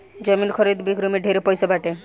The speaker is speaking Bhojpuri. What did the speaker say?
जमीन खरीद बिक्री में ढेरे पैसा बाटे